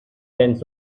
tenths